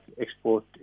export